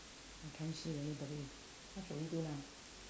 I can't see anybody what should we do now